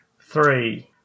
three